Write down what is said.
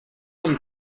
some